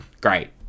Great